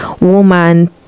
woman